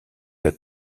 der